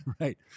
Right